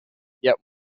yet